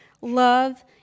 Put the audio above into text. love